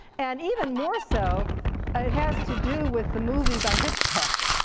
and even more so it has to do with the movie by hitchcock,